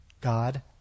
God